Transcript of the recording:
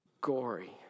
gory